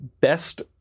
best